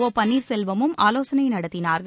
ஒ பன்னீர்செல்வமும் ஆலோசனை நடத்தினார்கள்